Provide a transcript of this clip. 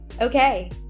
Okay